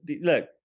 Look